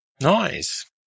Nice